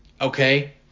Okay